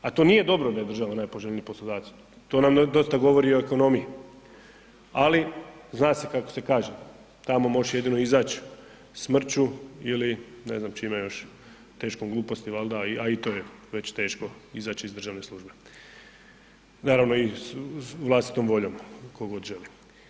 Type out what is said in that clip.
A to nije dobro da je država najpoželjniji poslodavac, to nam dosta govori i o ekonomiji, ali zna se kako se kaže, tamo možeš jedino izać smrću ili ne znam čime, još teškom gluposti valjda, a i to je već teško izać iz državne službe, naravno i vlastitom voljom tko god želi.